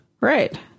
Right